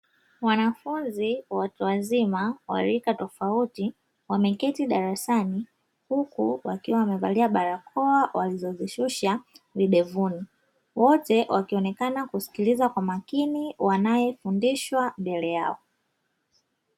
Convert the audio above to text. Wanafunzi watu wazima wa rika tofauti wameketi darasani huku wakiwa wamevalia barakoa walizozishusha videvuni. Wote wakionekana kusikiliza kwa makini wanayofundishwa mbele yao.